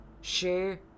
share